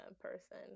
person